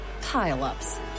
pile-ups